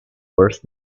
worth